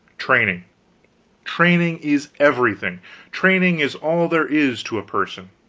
training training is everything training is all there is to a person.